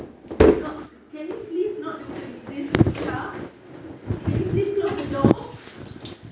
kau can you please not macam gini this lucah can you please close the door